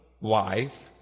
wife